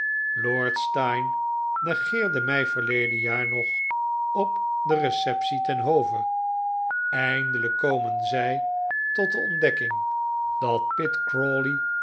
lord steyne negeerde mij verleden jaar nog op de receptie ten hove eindelijk komen zij tot de ontdekking dat